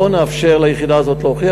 בואו נאפשר ליחידה הזאת להוכיח,